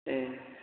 ए